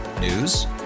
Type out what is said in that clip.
News